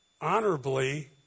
honorably